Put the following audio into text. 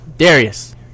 Darius